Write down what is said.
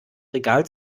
regal